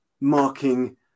marking